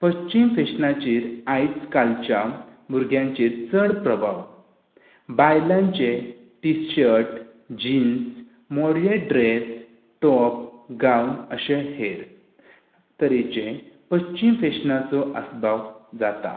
पश्चीम फॅशनांचेर आयज कालच्या भुरग्यांचेर चड प्रभाव बायलांचे टिशर्ट जिन्स मोडलेट ड्रेस टॉप गाऊन अशें हेर तरेचे पश्चीम फेशनांचो आस्पाव जाता